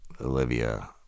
Olivia